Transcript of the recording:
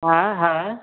हा हा